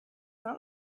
not